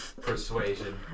Persuasion